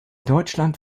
deutschland